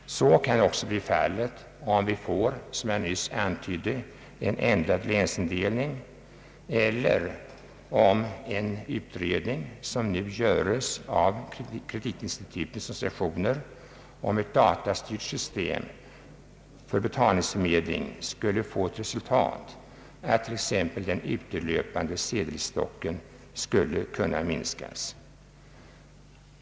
Så kan också bli fallet, om det blir — som jag nyss antydde — en ändrad länsindelning eller om den utredning, som nu görs av kreditinstitutens organisationer om ett datastyrt system för betalningsförmedling skulle få till resultat att t.ex. den utelöpande <sedelstocken skulle kunna minskas.